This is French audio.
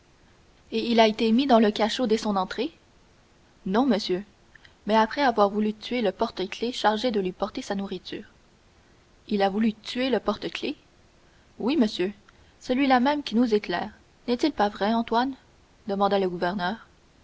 et il a été mis dans ce cachot dès son entrée non monsieur mais après avoir voulu tuer le porte-clefs chargé de lui porter sa nourriture il a voulu tuer le porte-clefs oui monsieur celui-là même qui nous éclaire n'est-il pas vrai antoine demanda le gouverneur